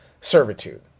servitude